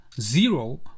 zero